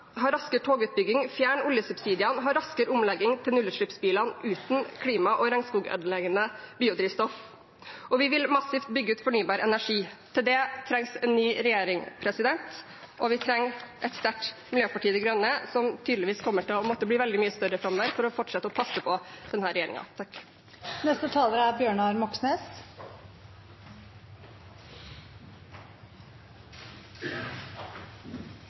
raskere togutbygging, fjerne oljesubsidiene, ha raskere omlegging til nullutslippsbiler uten klima- og regnskogsødeleggende biodrivstoff, og vi vil massivt bygge ut fornybar energi. Til det trengs en ny regjering, og vi trenger et sterkt Miljøpartiet De Grønne, som tydeligvis kommer til å måtte bli veldig mye større framover for å fortsette å passe på